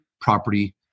property